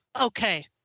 Okay